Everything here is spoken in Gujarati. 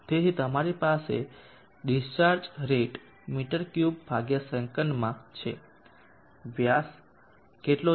તેથી તમારી પાસે ડીસ્ચાર્જ રેટ મી3 સેમાં છે વ્યાસ કેટલો છે